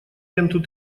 ленту